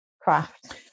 Craft